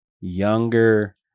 younger